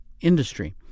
industry